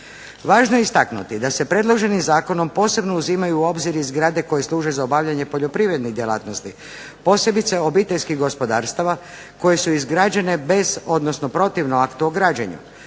Važno je istaknuti da se predloženim zakonom posebno uzimaju u obzir i zgrade koje služe za obavljanje poljoprivrednih djelatnosti posebice obiteljskih gospodarstava koje su izgrađene bez, odnosno protivno aktu o građenju.